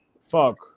fuck